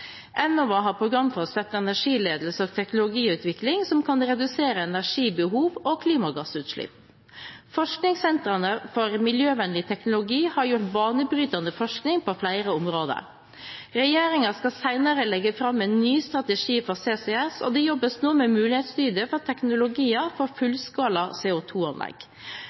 har program for å støtte energiledelse og teknologiutvikling som kan redusere energibehov og klimagassutslipp. Forskningssentrene for miljøvennlig teknologi har gjort banebrytende forskning på flere områder. Regjeringen skal senere legge fram en ny strategi for CCS, og det jobbes nå med mulighetsstudie for teknologier for